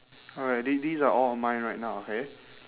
alright the~ these are all of mine right now okay